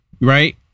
Right